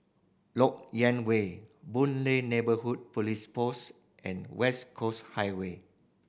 Lok Yang Way Boon Lay Neighbourhood Police Post and West Coast Highway